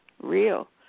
real